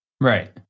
Right